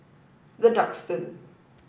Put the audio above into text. the Duxton